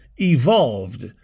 evolved